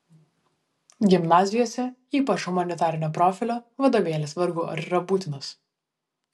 gimnazijose ypač humanitarinio profilio vadovėlis vargu ar yra būtinas